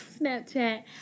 Snapchat